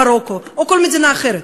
מרוקו או כל מדינה אחרת,